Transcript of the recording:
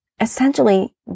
Essentially